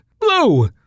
blue